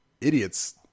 idiots